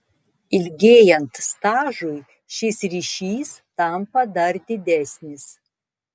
ilgėjant stažui šis ryšys tampa dar didesnis